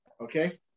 okay